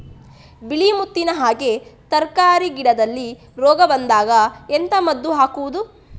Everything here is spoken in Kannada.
ಬಿಳಿ ಮುತ್ತಿನ ಹಾಗೆ ತರ್ಕಾರಿ ಗಿಡದಲ್ಲಿ ರೋಗ ಬಂದಾಗ ಎಂತ ಮದ್ದು ಹಾಕುವುದು?